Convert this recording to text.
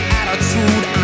attitude